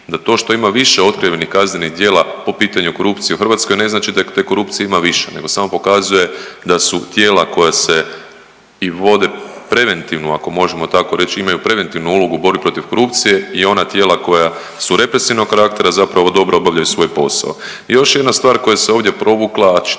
da to što ima više otkrivenih kaznenih djela po pitanju korupcije u Hrvatskoj ne znači da te korupcije ima više. To samo pokazuje da su tijela koja se i vode preventivno ako možemo tako reći imaj preventivnu ulogu u borbi protiv korupcije i ona tijela koja su represivnog karaktera zapravo dobro obavljaju svoj posao. Još jedna stvar koja se ovdje provukla, a tiče